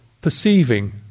perceiving